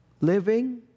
living